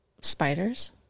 Spiders